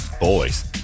boys